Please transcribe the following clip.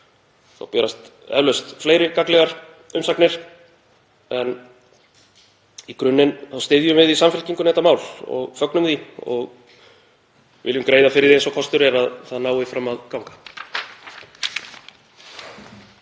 Þá berast eflaust fleiri gagnlegar umsagnir. Í grunninn styðjum við í Samfylkingunni þetta mál og fögnum því og viljum greiða fyrir því eins og kostur er að það nái fram að ganga.